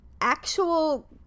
actual